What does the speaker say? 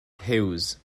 huws